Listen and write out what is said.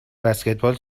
بسکتبال